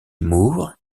moore